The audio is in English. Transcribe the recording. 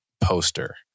poster